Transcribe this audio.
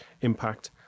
impact